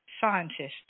scientists